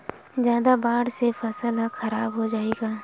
जादा बाढ़ से फसल ह खराब हो जाहि का?